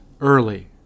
early